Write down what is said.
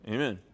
Amen